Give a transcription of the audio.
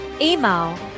email